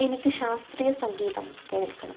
എനിക്ക് ശാസ്ത്രീയ സംഗീതം കേൾക്കണം